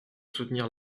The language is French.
soutenir